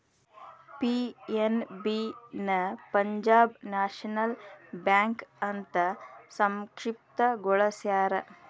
PNB ನ Punjab national bank ಅಂತ ಸಂಕ್ಷಿಪ್ತ ಗೊಳಸ್ಯಾರ